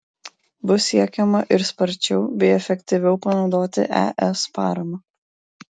bus siekiama ir sparčiau bei efektyviau panaudoti es paramą